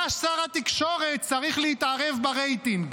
מה שר התקשורת צריך להתערב ברייטינג?